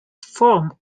form